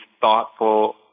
thoughtful